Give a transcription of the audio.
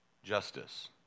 Justice